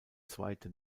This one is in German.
zweite